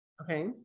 Okay